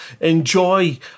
enjoy